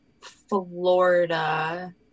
Florida